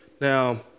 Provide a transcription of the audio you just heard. Now